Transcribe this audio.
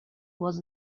was